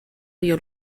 río